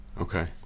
okay